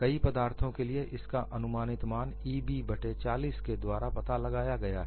कई पदार्थों के लिए इसका अनुमानित मान Eb बट्टे 40 के द्वारा पता लगाया गया है